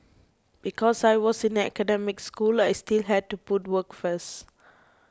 because I was in an academic school I still had to put work first